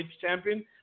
champion